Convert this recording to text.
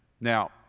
Now